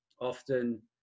often